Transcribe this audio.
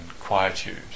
quietude